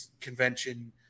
convention